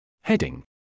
Heading